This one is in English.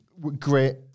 Great